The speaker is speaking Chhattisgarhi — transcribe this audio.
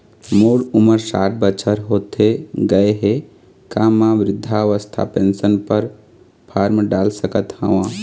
मोर उमर साठ बछर होथे गए हे का म वृद्धावस्था पेंशन पर फार्म डाल सकत हंव?